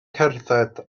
cerdded